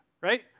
right